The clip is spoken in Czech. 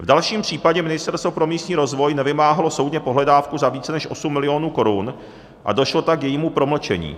V dalším případě Ministerstvo pro místní rozvoj nevymáhalo soudně pohledávku za více než 8 mil. korun, a došlo tak k jejímu promlčení.